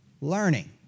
learning